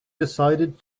decided